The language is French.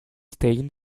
stein